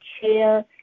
Chair